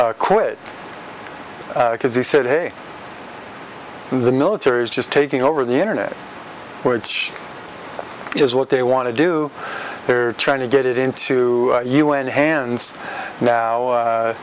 quit because he said hey the military is just taking over the internet which is what they want to do they're trying to get it into u n hands now